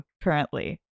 currently